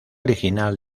original